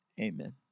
Amen